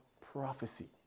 prophecy